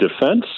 defense